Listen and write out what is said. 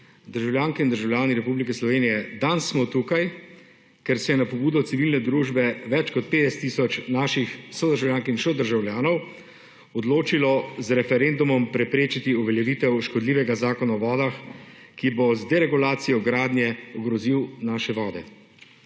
Državljanke in državljani Republike Slovenije danes smo tukaj, ker se je na pobudo civilne družbe več kot 50 tisoč naših sodržavljank in sodržavljanov odločilo z referendumom preprečiti uveljavitev škodljivega Zakona o vodah, ki bo z deregulacijo gradnje ogrozil naše vode.